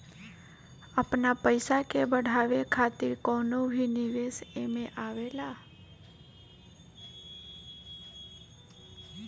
आपन पईसा के बढ़ावे खातिर कवनो भी निवेश एमे आवेला